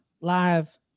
live